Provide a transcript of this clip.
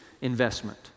investment